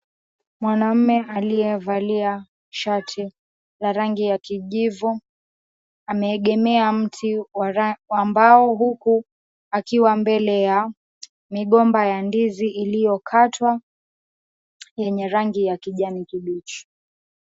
Mwanaume aliyevalia shati ya rangi ya kijivu ameegemea mti wa mbao huku akiwa mbele ya migomba ya ndizi iliyokatwa yenye rangi ya kijani kibichi.